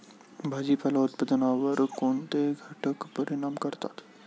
भाजीपाला उत्पादनावर कोणते घटक परिणाम करतात?